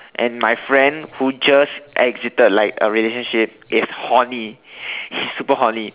and my friend who just exited like a relationship is horny he's super horny